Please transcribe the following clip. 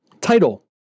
Title